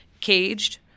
caged